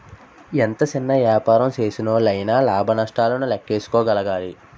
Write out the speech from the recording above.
ఎంత సిన్న యాపారం సేసినోల్లయినా లాభ నష్టాలను లేక్కేసుకోగలగాలి